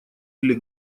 или